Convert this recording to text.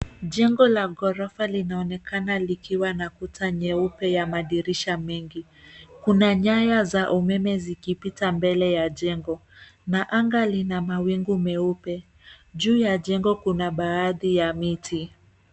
Jengo la ghorofa linaonekana likiwa na kuta nyeupe ya madirisha mengi. Kuna nyaya za umeme zikipita mbele ya jengo na anga lina mawingu meupe. Juu ya jengo kuna baadhi ya miti.